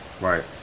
right